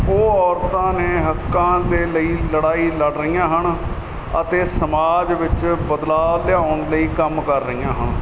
ਉਹ ਔਰਤਾਂ ਨੇ ਹੱਕਾਂ ਦੇ ਲਈ ਲੜਾਈ ਲੜ ਰਹੀਆਂ ਹਨ ਅਤੇ ਸਮਾਜ ਵਿੱਚ ਬਦਲਾਅ ਲਿਆਉਣ ਲਈ ਕੰਮ ਕਰ ਰਹੀਆਂ ਹਨ